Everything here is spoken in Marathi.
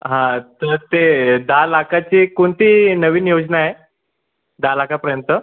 हां तर ते दहा लाखाची कोणती नवीन योजना आहे दहा लाखापर्यंत